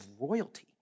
royalty